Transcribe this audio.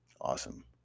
Awesome